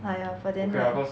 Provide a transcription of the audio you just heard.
!aiya! but then that